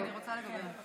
בעד, שישה, אין מתנגדים.